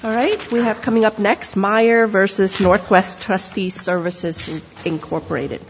all right we have coming up next meyer versus northwest trustee services incorporated